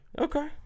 Okay